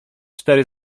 cztery